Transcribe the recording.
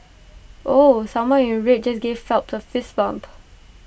ooh someone in red just gave Phelps A fist bump